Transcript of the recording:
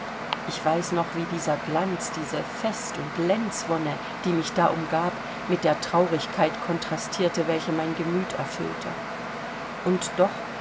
ich weiß noch wie dieser glanz diese fest und lenzwonne die mich da umgab mit der traurigkeit kontrastierte welche mein gemüt erfüllte und doch